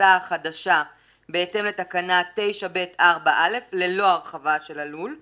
המכסה החדש בהתאם לתקנה 9(ב)(4)(א) ללא הרחבה של הלול,